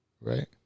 right